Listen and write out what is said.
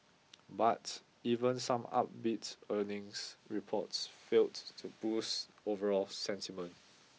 but even some upbeat earnings reports failed to boost overall sentiment